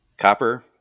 Copper